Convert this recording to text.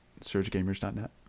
surgegamers.net